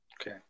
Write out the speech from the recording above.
Okay